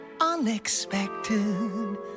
unexpected